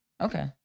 Okay